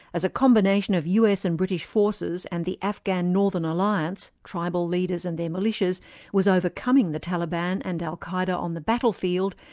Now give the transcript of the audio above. as a combination of us and british forces and the afghan northern alliance tribal leaders and their militias was overcoming the taliban and al-qa'eda on the battlefield,